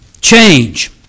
change